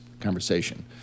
conversation